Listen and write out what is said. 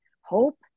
hope